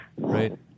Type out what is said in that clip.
right